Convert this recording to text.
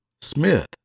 Smith